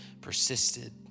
persisted